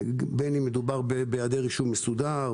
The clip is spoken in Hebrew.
בין אם מדובר בהיעדר רישום מסודר,